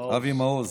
אבי מעוז.